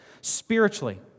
Spiritually